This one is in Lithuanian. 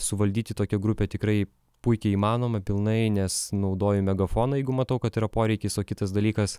suvaldyti tokią grupę tikrai puikiai įmanoma pilnai nes naudoju megafoną jeigu matau kad yra poreikis o kitas dalykas